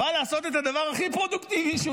אבל לעשות את הדבר הכי פרודוקטיבי שהוא